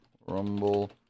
Rumble